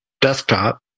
desktop